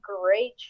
great